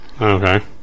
Okay